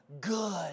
good